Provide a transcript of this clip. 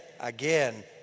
again